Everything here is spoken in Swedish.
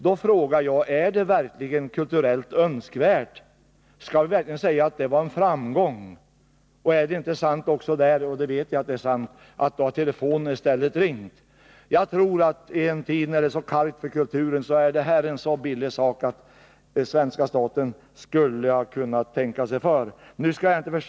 I stället har telefonen ringt desto mer. Är detta verkligen önskvärt från kulturell synpunkt? Är det verkligen en framgång? I en tid då det är så kargt för kulturen borde svenska staten verkligen tänka sig för.